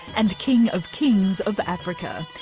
and king of kings of africa,